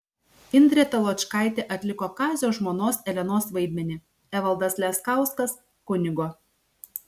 indrė taločkaitė atliko kazio žmonos elenos vaidmenį evaldas leskauskas kunigo